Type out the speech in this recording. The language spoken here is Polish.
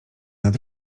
nad